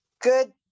good